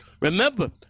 Remember